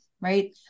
right